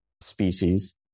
species